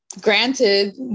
Granted